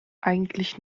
eigentlich